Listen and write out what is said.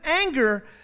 anger